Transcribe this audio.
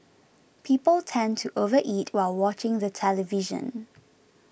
people tend to overeat while watching the television